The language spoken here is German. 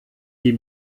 die